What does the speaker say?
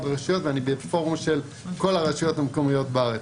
רשויות ואני בפורום של כול הרשויות המקומיות בארץ.